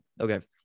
Okay